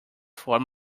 form